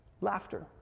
laughter